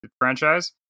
franchise